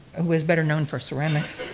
who is better known for ceramics,